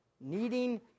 Needing